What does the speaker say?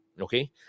okay